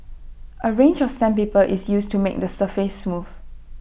A range of sandpaper is used to make the surface smooth